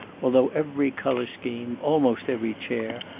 although every color-scheme, almost every chair,